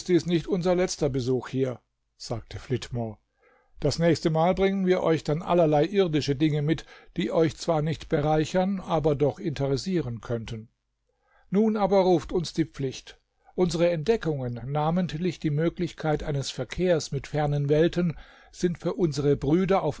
dies nicht unser letzter besuch hier sagte flitmore das nächstemal bringen wir euch dann allerlei irdische dinge mit die euch zwar nicht bereichern aber doch interessieren können nun aber ruft uns die pflicht unsere entdeckungen namentlich die möglichkeit eines verkehrs mit fernen welten sind für unsere brüder auf